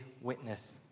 witness